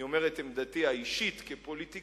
אני אומר את עמדתי האישית כפוליטיקאי,